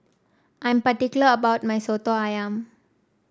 I'm particular about my soto ayam